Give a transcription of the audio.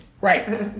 right